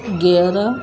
गिहर